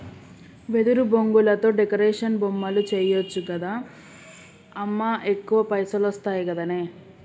వెదురు బొంగులతో డెకరేషన్ బొమ్మలు చేయచ్చు గదా అమ్మా ఎక్కువ పైసలొస్తయి గదనే